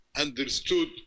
understood